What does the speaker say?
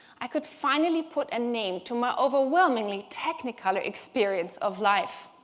i could finally put a name to my overwhelmingly technicolor experience of life,